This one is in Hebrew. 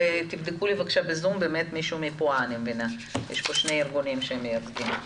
ולאחריו נציגי הארגונים.